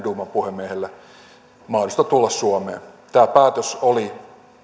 duuman puhemiehelle mahdollisuutta tulla suomeen tämä päätös oli